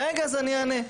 רגע, אז אני אענה.